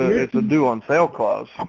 it's a due on sale clause.